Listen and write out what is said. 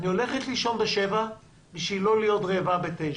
אני הולכת לישון בשבע בשביל לא להיות רעבה בתשע.